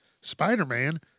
Spider-Man